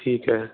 ਠੀਕ ਹੈ